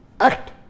act